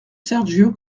sergio